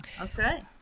Okay